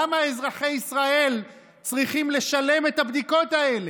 למה אזרחי ישראל צריכים לשלם על הבדיקות האלה?